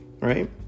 right